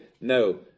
no